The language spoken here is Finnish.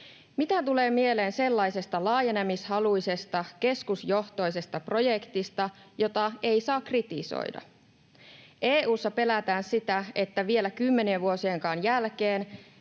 Mitä tulee mieleen sellaisesta laajenemishaluisesta, keskusjohtoisesta projektista, jota ei saa kritisoida? EU:ssa pelätään sitä, että vielä kymmenien vuosienkaan jälkeen